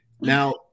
now